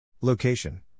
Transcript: Location